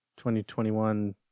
2021